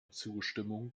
zustimmung